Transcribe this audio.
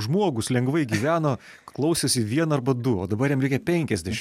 žmogus lengvai gyveno klausėsi vieną arba du o dabar jam reikia penkiasdešim